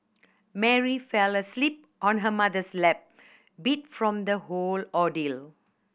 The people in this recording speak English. Mary fell asleep on her mother's lap beat from the whole ordeal